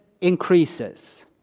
increases